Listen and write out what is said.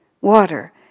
water